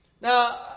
Now